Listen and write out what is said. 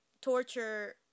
torture